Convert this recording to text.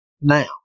now